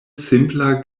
simpla